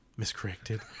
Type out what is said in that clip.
Miscorrected